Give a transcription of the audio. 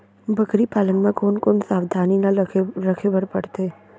बकरी पालन म कोन कोन सावधानी ल रखे बर पढ़थे?